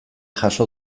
jaso